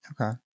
okay